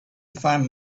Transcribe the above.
find